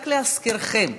רק להזכירכם,